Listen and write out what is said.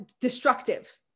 destructive